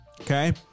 Okay